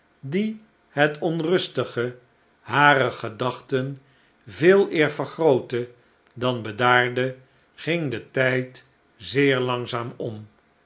die het onrustige harer gedachten veeleer vergrootte dan bedaarde ging de tijd zeer langzaam om